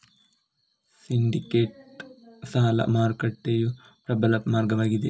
syndicated ಸಾಲ ಮಾರುಕಟ್ಟೆಯು ಪ್ರಬಲ ಮಾರ್ಗವಾಗಿದೆ